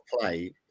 play